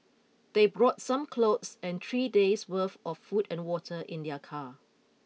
they brought some clothes and three days' worth of food and water in their car